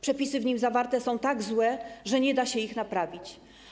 Przepisy w nim zawarte są tak złe, że nie da się ich naprawić.